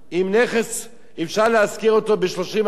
אם אפשר להשכיר נכס ב-30,000,